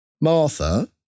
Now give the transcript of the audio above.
Martha